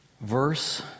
verse